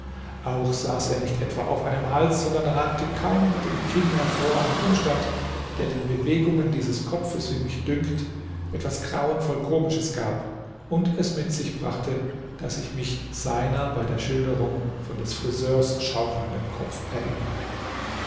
auch saß er nicht etwa auf einem hals sondern ragte kaum mit dem kinn hervor ein umstand der den bewegungen dieses kopfes wie mich dünkt etwas grauenvoll komisches gab und es mit sich brachte daß ich mich seiner bei der schilderung von des friseurs schaukelndem kopf erinnere